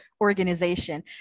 organization